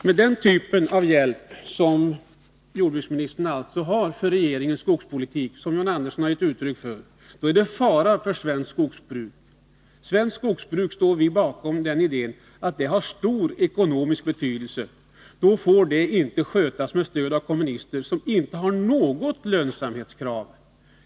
Med den typ av hjälp som jordbruksministern alltså har för regeringens skogspolitik och som John Andersson gett uttryck för är det en fara för svenskt skogsbruk. I svenskt skogsbruk står vi bakom idén att det har stor ekonomisk betydelse. Då får det inte skötas med stöd av kommunister som inte har något lönsamhetskrav.